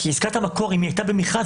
כי עסקת המקור אם הייתה במכרז,